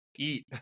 Eat